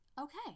okay